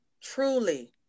truly